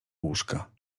łóżka